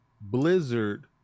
Blizzard